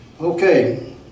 Okay